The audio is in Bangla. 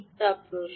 তা প্রশ্ন